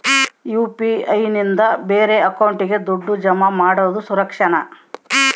UPI ನಿಂದ ಬೇರೆ ಅಕೌಂಟಿಗೆ ದುಡ್ಡು ಜಮಾ ಮಾಡೋದು ಸುರಕ್ಷಾನಾ?